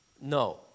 No